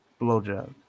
blowjob